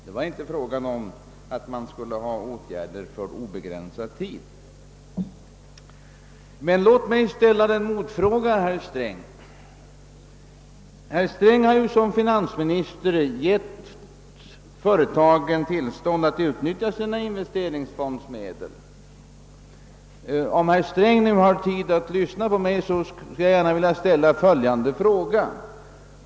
Det var inte fråga om åtgärder för obegränsad tid. Men låt mig här ställa en motfråga. Herr Sträng har i egenskap av finansminister givit företagen tillstånd att utnyttja sina investeringsfondsmedel. Om herr Sträng nu har tid att lyssna på mig vill jag ställa följande fråga.